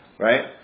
Right